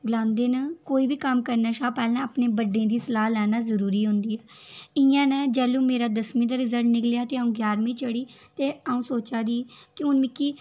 गलांदे न कोई बी कम्म करने शा पैहले अपने बड्डें दी सलाह् लैनी जरूरी होंदा ऐ इ'यां न जदूं मेरा दसमी दा रिजलट निकलेआ तां अ'ऊं ञारममीं चढ़ी ते अ'ऊं सोचादी हून मिकी